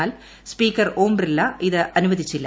എന്നാൽ സ്പീക്കർ ഓം ബ്ലിർള ഇത് അനുവദിച്ചില്ല